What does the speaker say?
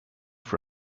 for